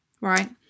right